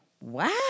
wow